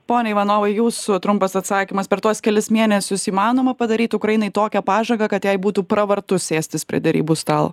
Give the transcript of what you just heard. pone ivanovai jūsų trumpas atsakymas per tuos kelis mėnesius įmanoma padaryt ukrainai tokią pažangą kad jai būtų pravartu sėstis prie derybų stalo